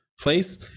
place